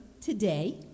today